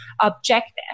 objective